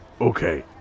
okay